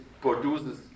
produces